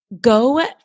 go